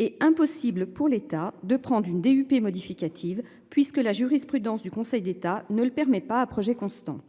Est impossible pour l'État de prendre une DUP modificative puisque la jurisprudence du Conseil d'État ne le permet pas, à projet constant.